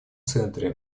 центре